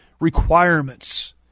requirements